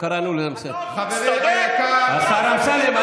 נפתלי בנט, תפנה את ח'אן אל-אחמר?